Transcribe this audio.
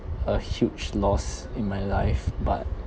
a huge loss in my life but